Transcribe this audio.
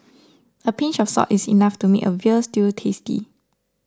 a pinch of salt is enough to make a Veal Stew tasty